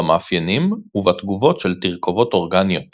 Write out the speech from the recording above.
במאפיינים ובתגובות של תרכובות אורגניות